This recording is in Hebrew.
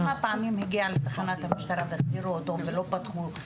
את יודעת כמה פעמים הוא מגיע לתחנת המשטרה ולא פתחו לו תיק,